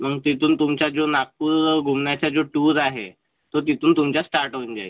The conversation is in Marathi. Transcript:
मग तिथून तुमचं जो नागपूर घुमण्याचा जो टूर आहे तो तिथून तुमचा स्टार्ट होऊन जाईल